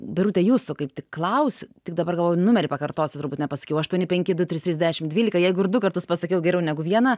birute jūsų kaip tik klausiu tik dabar galvoju numerį pakartosiu turbūt nepasakiau aštuoni penki du trys trys dešim dvylika jeigu ir du kartus pasakiau geriau negu vieną